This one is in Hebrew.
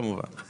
כמובן.